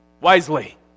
wisely